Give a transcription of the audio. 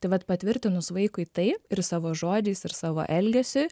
tai vat patvirtinus vaikui tai ir savo žodžiais ir savo elgesiu